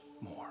more